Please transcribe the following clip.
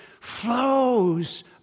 flows